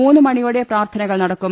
മൂന്നുമ്ണിയോടെ പ്രാർത്ഥനകൾ നടക്കും